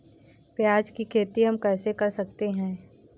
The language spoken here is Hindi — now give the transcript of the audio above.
प्याज की खेती हम कैसे कर सकते हैं?